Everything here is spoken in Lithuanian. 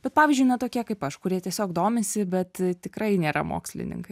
bet pavyzdžiui na tokie kaip aš kurie tiesiog domisi bet tikrai nėra mokslininkai